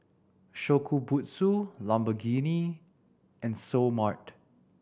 Shokubutsu Lamborghini and Seoul Mart